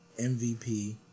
MVP